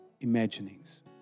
imaginings